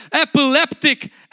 epileptic